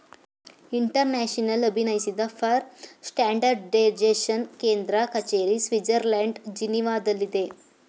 international ಅಭಿನಯಿಸಿದ for standardization ಕೇಂದ್ರ ಕಚೇರಿ ಸ್ವಿಡ್ಜರ್ಲ್ಯಾಂಡ್ ಜಿನೀವಾದಲ್ಲಿದೆ